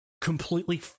completely